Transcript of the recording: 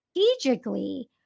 strategically